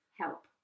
Help